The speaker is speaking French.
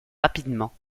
rapidement